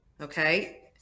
Okay